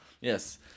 yes